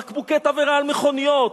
בקבוקי תבערה על מכוניות.